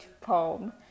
poem